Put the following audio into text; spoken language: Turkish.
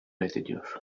reddediyor